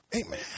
Amen